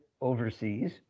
overseas